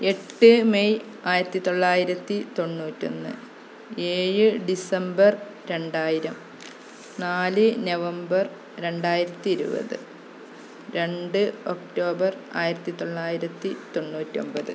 എട്ട് മെയ് ആയിരത്തി തൊള്ളായിരത്തി തൊണ്ണൂറ്റി ഒന്ന് ഏഴ് ഡിസംബർ രണ്ടായിരം നാല് നവംബർ രണ്ടായിരത്തി ഇരുപത്തി രണ്ട് ഒക്ടോബർ ആയിരത്തി തൊള്ളായിരത്തി തൊണ്ണൂറ്റി ഒൻപത്